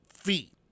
feet